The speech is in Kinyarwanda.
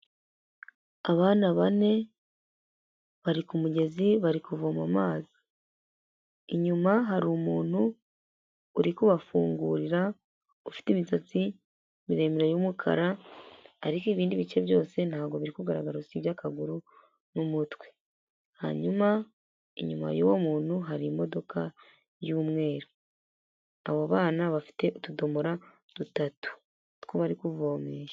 Abana bane bari ku mugezi, bari kuvoma amazi, inyuma hari umuntu uri kubafungurira ufite imisatsi miremire y'umukara, ariko ibindi bice byose ntago biri kugaragara usibye akaguru n'umutwe, hanyuma inyuma y'uwo muntu hari imodoka y'umweru. Abo bana bafite utudomora dutatu two bari kuvomesha.